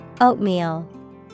Oatmeal